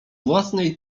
własnej